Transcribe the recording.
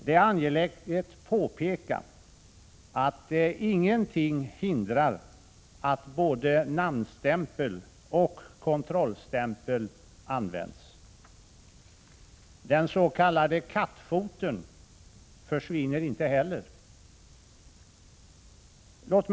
Det är angeläget att påpeka att ingenting hindrar att både namnstämpel och kontrollstämpel används. Vidare försvinner inte den s.k. kattfoten.